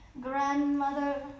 Grandmother